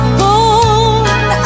born